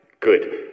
Good